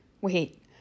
Wait